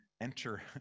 enter